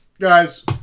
Guys